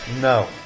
No